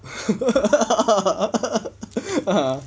ah